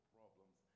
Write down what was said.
problems